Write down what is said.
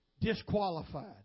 Disqualified